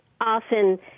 often